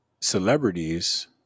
celebrities